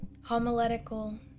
homiletical